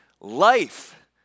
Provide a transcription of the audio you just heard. life